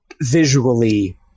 visually